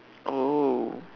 oh